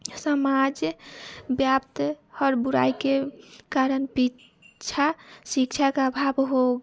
समाज व्याप्त हर बुराइके कारण पीछाँ शिक्षाके आभाव हो